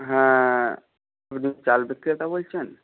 হ্যাঁ চাল বিক্রেতা বলছেন